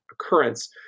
occurrence